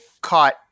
caught